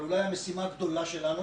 המשימה הגדולה שלנו